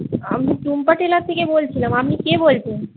আমি টুম্পা টেলার থেকে বলছিলাম আপনি কে বলছেন